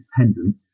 independent